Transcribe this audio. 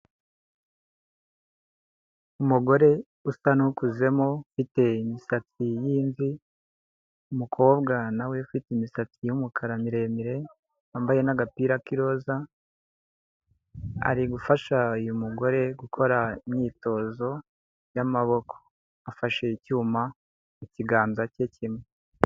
Umugore usa n'ukuzemo, ufite imisatsi y'imvi, umukobwa nawe ufite imisatsi y'umukara miremire, yambaye n'agapira k'iroza ari gufasha uyu mugore gukora imyitozo y'amaboko, afashe icyuma ikiganza cye kimwe.